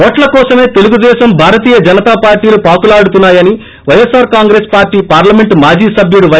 ఓట్ల కోసమే తెలుగుదేశం భారతీయ జనతాపార్లీలు పాకులాడుతున్నా యని వైఎస్సార్ కాంగ్రెస్ పార్లీ పార్లమెంట్ మాజీ సభ్యుడు వై